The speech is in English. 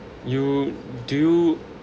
you do you